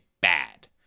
bad